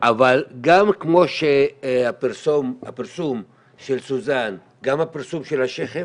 אבל גם כמו שהפרסום של סוזן גם הפרסום של השייח'ים